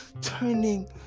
turning